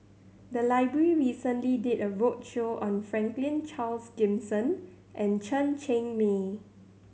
the library recently did a roadshow on Franklin Charles Gimson and Chen Cheng Mei